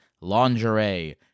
lingerie